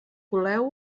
coleu